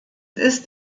ist